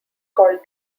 called